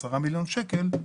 10 מיליון שקל,